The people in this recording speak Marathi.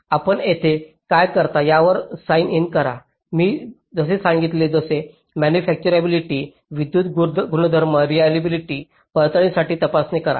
आपण येथे काय करता यावर साइन इन करा मी जसे सांगितले तसे मॅनुफॅचतुराबीलीटी विद्युत गुणधर्म रेलिएबिलिटी पडताळणीची तपासणी करा